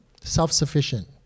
self-sufficient